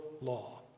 law